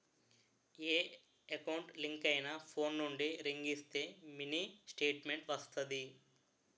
ఏ account link అయినా phone నుండి ring ఇస్తే మినీ స్టేట్మెంట్ వస్తాది